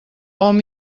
hom